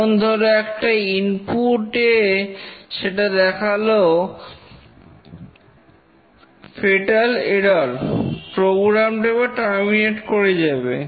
যেমন ধরো একটা ইনপুট এ সেটা দেখালো ফেটাল এরর প্রোগ্রামটা এবার টার্মিনেট করে যাবে